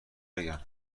بگم